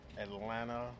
Atlanta